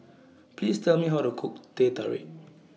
Please Tell Me How to Cook Teh Tarik